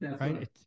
right